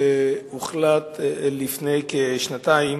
שהוחלט עליו לפני כשנתיים,